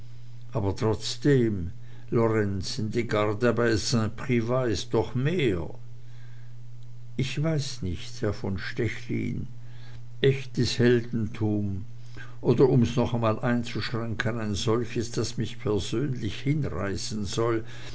aber trotzdem lorenzen die garde bei st privat ist doch mehr ich weiß nicht herr von stechlin echtes heldentum oder um's noch einmal einzuschränken ein solches das mich persönlich hinreißen soll